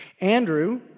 Andrew